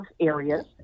areas